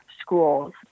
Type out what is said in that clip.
schools